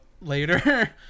later